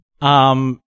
Um-